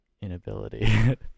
inability